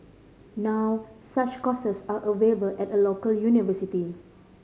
now such courses are available at a local university